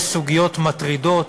יש סוגיות מטרידות